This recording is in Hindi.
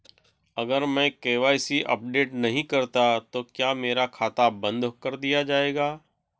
अगर मैं के.वाई.सी अपडेट नहीं करता तो क्या मेरा खाता बंद कर दिया जाएगा?